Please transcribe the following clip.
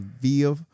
via